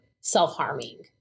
self-harming